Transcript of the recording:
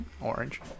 orange